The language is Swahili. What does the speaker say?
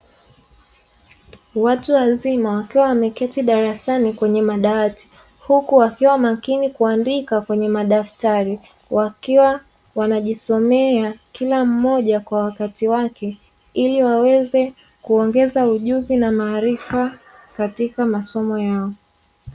Watu wazima wakiwa wameketi darasani kwenye madawati, huku wakiwa makini kuandika kwenye madaftari, wakiwa wanajisomea kila mmoja kwa wakati wake ili waweze kuongeza ujuzi na maarifa katika masomo yao.